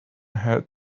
had